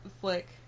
flick